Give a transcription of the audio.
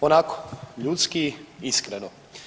Onako ljudski iskreno.